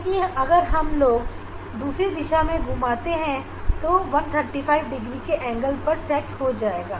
क्योंकि अगर हम लोग दूसरी दिशा में घूम आते हैं तो तो यह 135 डिग्री के एंगल पर सेट हो जाएगा